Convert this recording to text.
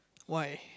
why